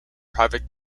private